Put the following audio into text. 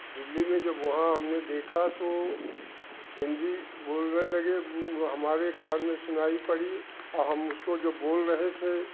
दिल्ली में जब वहाँ हमने देखा तो हिंदी बोलने लगे वो हमारे कान में सुनाई पड़ी और हम उसको जो बोल रहे थे